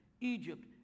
Egypt